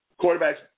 Quarterback's